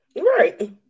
right